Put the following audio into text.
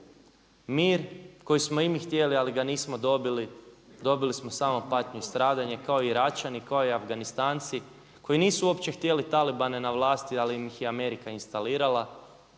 Mir koji smo i mi htjeli, ali ga nismo dobili. Dobili smo samo patnju i stradanje kao i Iračani, kao i Afganistanci koji nisu uopće htjeli talibane na vlasti ali ih je Amerika instalirala.